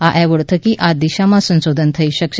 આ એવોર્ડ થકી આ દિશામાં સંશોધન થઇ શકશે